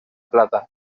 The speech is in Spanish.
plata